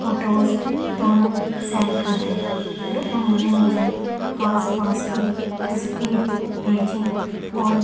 photos دونوں send کر دیں پھر انہوں نے مجھے آس پاس کی تصویر بھیجی اور